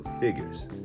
figures